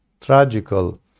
tragical